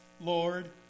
Lord